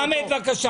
חמד, בבקשה.